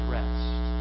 rest